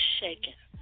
shaking